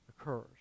occurs